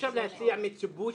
לשים לב.